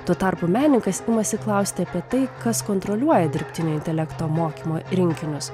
tuo tarpu menininkas imasi klausti apie tai kas kontroliuoja dirbtinio intelekto mokymo rinkinius